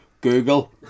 Google